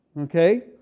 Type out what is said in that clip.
Okay